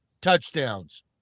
Touchdowns